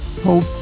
hope